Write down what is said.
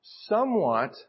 somewhat